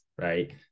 right